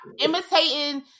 imitating